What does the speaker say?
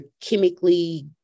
chemically